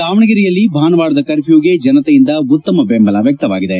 ದಾವಣಗೆರೆಯಲ್ಲಿ ಭಾನುವಾರದ ಕರ್ಫ್ಯೂಗೆ ಜನತೆಯಿಂದ ಉತ್ತಮ ಬೆಂಬಲ ವ್ಯಕ್ತವಾಗಿದೆ